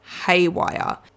haywire